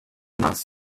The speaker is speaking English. must